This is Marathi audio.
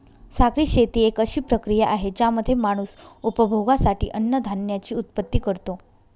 सागरी शेती एक अशी प्रक्रिया आहे ज्यामध्ये माणूस उपभोगासाठी अन्नधान्याची उत्पत्ति करतो